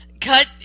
cut